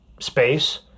space